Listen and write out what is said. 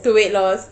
to weight loss